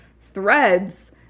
threads